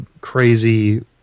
crazy